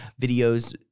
videos